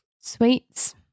sweets